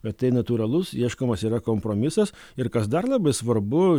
bet tai natūralus ieškomas yra kompromisas ir kas dar labai svarbu